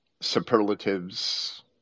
superlatives